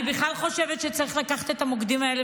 אני בכלל חושבת שצריך לקחת את המוקדים האלה